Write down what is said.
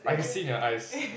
I can see it in your eyes